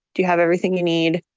do you have everything you need?